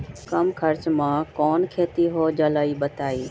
कम खर्च म कौन खेती हो जलई बताई?